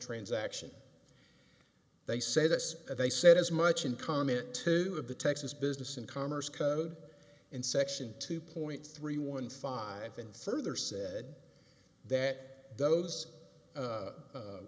transaction they say this they said as much in common to the of the texas business and commerce code and section two point three one five and further said that those